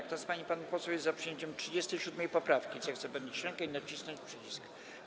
Kto z pań i panów posłów jest za przyjęciem 37. poprawki, zechce podnieść rękę i nacisnąć przycisk.